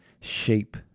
shape